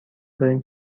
داریم